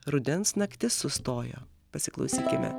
rudens naktis sustojo pasiklausykime